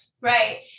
right